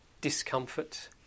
discomfort